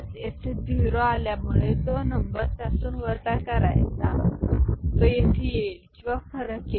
येथे झिरो आल्यामुळे तो नंबर ज्यामधून वजा करायचा तो येथे येईल किंवा फरक येईल